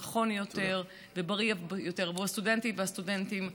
נכון יותר ובריא יותר עבור הסטודנטיות והסטודנטים,